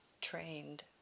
trained